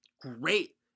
great